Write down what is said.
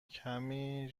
کمی